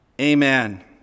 Amen